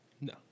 No